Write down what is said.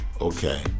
okay